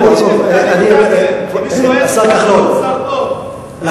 אני שואל אותך כשר טוב אם אתה מגן עליו.